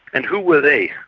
and who were they?